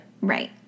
right